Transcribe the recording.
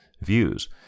views